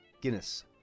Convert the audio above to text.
Guinness